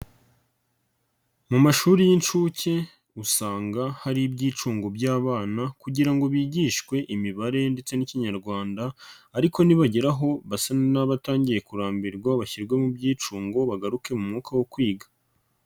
Mu mashuri y'inshuke usanga hari iby'icungu by'abana kugira ngo bigishwe imibare ndetse n'ikinyarwanda ariko nibagera aho n'abatangiye kurambirwa bashyirwe mu byicungo bagaruke mu mwuka wo kwiga.